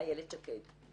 איילת שקד,